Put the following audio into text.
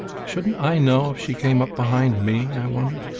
shouldn't i know if she came up behind me, i wonder?